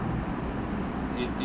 it it